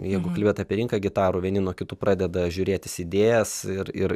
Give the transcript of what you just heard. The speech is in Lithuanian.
jeigu kalbėt apie rinką gitarų vieni nuo kitų pradeda žiūrėtis idėjas ir ir